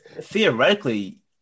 Theoretically